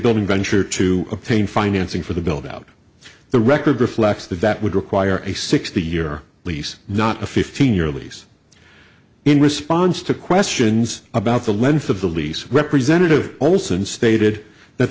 building venture to obtain financing for the bill about the record reflects that that would require a sixty year lease not a fifteen year lease in response to questions about the length of the lease representative also stated that